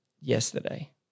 yesterday